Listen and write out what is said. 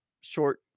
short